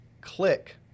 click